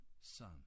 Son